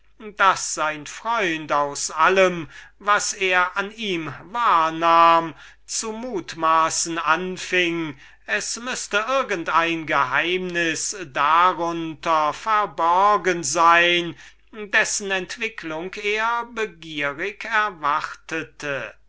daß critolaus aus allem was er an ihm wahrnahm zu mutmaßen anfing daß irgend ein geheimnis darunter verborgen sein müsse dessen entwicklung er begierig erwartete